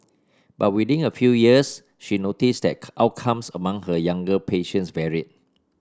but within a few years she noticed that outcomes among her younger patients varied